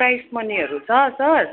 price मनीहरू छ sir